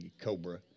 cobra